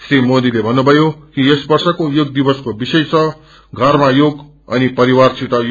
श्री मोदीले भन्नुम्यो कि यस वर्षको योग अनि दिवसको विषय छ घरमा योग अनि परिवारसित यो